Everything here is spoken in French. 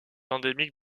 endémique